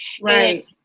right